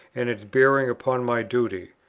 and its bearing upon my duty.